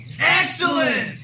Excellent